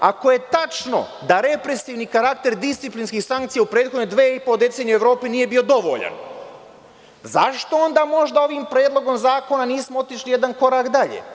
Ako je tačno da represivni karakter disciplinskih sankcija u prethodne dve i po decenije u Evropi nije bio dovoljan, zašto onda možda ovim predlogom zakona nismo otišli jedan korak dalje?